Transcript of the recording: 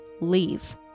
leave